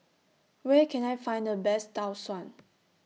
Where Can I Find The Best Tau Suan